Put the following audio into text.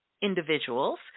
individuals